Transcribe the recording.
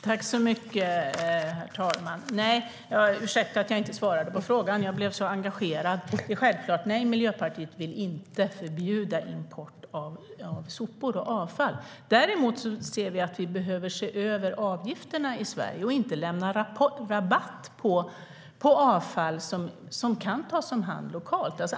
Herr talman! Ursäkta att jag inte svarade på frågan - jag blev så engagerad. Miljöpartiet vill självfallet inte förbjuda import av sopor och avfall. Vi ser däremot att vi behöver se över avgifterna i Sverige och inte lämna rabatt på avfall som kan tas om hand lokalt.